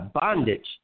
bondage